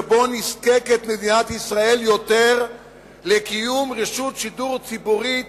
שבו מדינת ישראל נזקקת יותר לקיום רשות שידור ציבורית